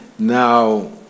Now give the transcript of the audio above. Now